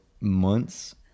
months